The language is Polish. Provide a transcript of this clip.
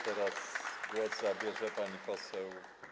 Teraz głos zabierze pani poseł.